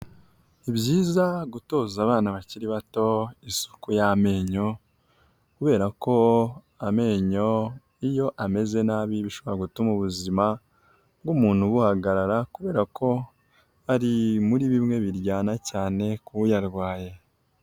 Ni byiza gutoza abana bakiri bato isuku y'amenyo, kubera ko amenyo iyo ameze nabi bishobora gutuma ubuzima bw'umuntu buhagarara kubera ko ari muri bimwe biryana cyane k'uyarwaye.